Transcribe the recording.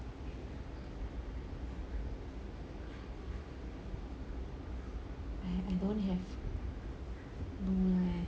I I don't have no leh